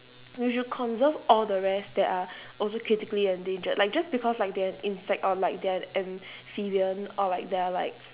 we should conserve all the rest that are also critically endangered like just because like they are insect or like they are amphibian or like they are like